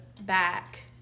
back